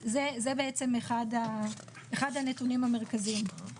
זה אחד הנתונים המרכזיים.